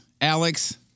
Alex